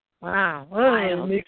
Wow